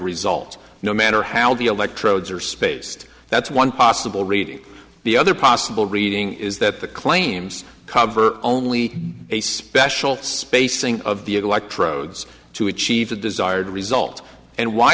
result no matter how the electrodes are spaced that's one possible reading the other possible reading is that the claims cover only a special spacing of the electrodes to achieve the desired